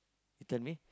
you tell me